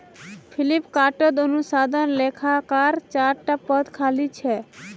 फ्लिपकार्टत अनुसंधान लेखाकारेर चार टा पद खाली छ